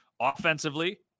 Offensively